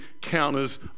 counters